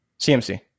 CMC